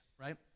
right